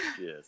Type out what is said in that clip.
Yes